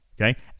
okay